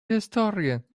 historian